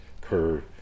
curve